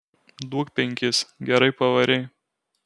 duok penkis gerai pavarei